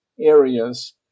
areas